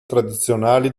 tradizionali